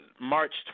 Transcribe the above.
March